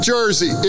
Jersey